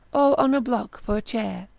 or on a block for a chair,